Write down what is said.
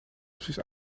opties